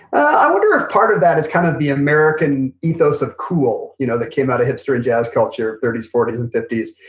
i wonder if part of that is kind of the american ethos of cool you know that came out of hipster and jazz cultures, thirty s, forty s, and fifty s.